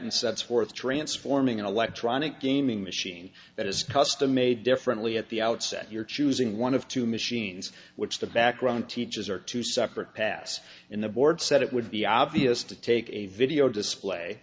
patent sets forth transforming electronic gaming machine that is custom made differently at the outset you're choosing one of two machines which the background teachers are two separate paths in the board set it would be obvious to take a video display